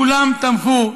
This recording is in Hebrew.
כולם תמכו,